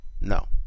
No